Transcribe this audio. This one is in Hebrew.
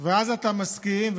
ואז אתה מסכים,